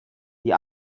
die